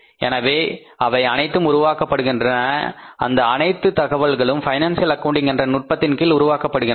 எனவே அவை அனைத்தும் உருவாக்கப்படுகின்றன அந்த அனைத்து தகவல்களும் பைனான்சியல் அக்கவுண்டிங் என்ற நுட்பத்தின் கீழ் உருவாக்கப்படுகின்றன